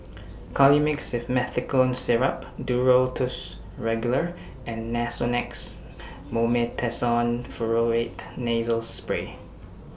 Colimix Simethicone Syrup Duro Tuss Regular and Nasonex Mometasone Furoate Nasal Spray